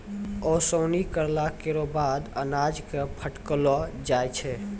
ओसौनी करला केरो बाद अनाज क फटकलो जाय छै